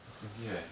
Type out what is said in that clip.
expensive eh